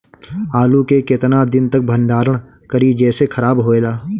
आलू के केतना दिन तक भंडारण करी जेसे खराब होएला?